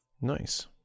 Nice